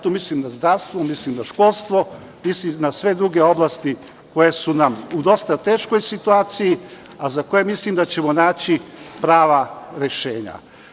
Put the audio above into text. Tu mislim na zdravstvo, tu mislim na školstvo i na sve druge oblasti koje su nam u dosta teškoj situaciji, a za koje mislim da ćemo naći prava rešenja.